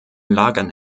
lagern